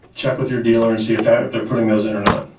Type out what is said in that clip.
check with your dealer and see if they're putting those in or not.